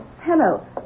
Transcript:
Hello